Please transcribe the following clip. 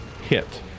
hit